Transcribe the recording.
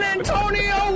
Antonio